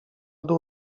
dół